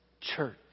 church